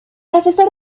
asesor